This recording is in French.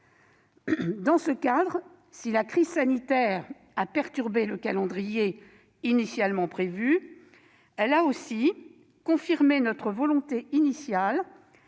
Dans ce cadre, si la crise sanitaire a perturbé le calendrier prévu, elle a aussi confirmé notre volonté initiale